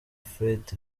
fred